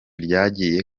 ryagiye